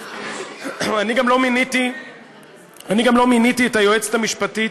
אני גם לא מיניתי את היועצת המשפטית